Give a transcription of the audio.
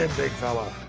and big fella.